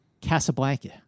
Casablanca